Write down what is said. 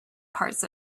parts